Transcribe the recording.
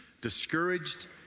discouraged